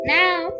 now